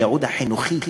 לייעוד החינוכי שלו.